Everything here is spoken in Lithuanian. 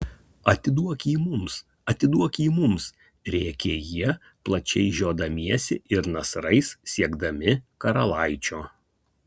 atiduok jį mums atiduok jį mums rėkė jie plačiai žiodamiesi ir nasrais siekdami karalaičio